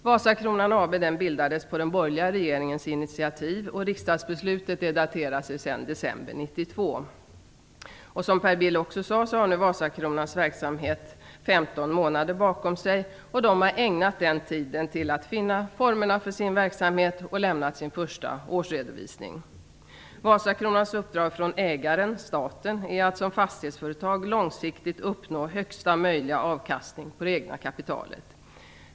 Vasakronan AB bildades på den borgerliga regeringens initiativ, och riksdagsbeslutet är daterat december 1992. Som Per Bill också sade har nu Vasakronans verksamhet 15 månader bakom sig, och bolaget har ägnat den tiden till att finna formerna för sin verksamhet och har lämnat sin första årsredovisning. Vasakronans uppdrag från ägaren, staten, är att som fastighetsföretag långsiktigt uppnå högsta möjliga avkastning på det egna kapitalet.